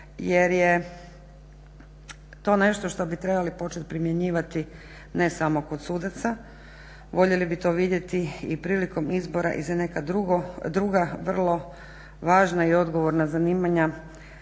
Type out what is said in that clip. jer je to nešto što bi trebali počet primjenjivati ne samo kod sudaca. Voljeli bi to vidjeti i prilikom izbora i za neka druga vrlo važna i odgovorna zanimanja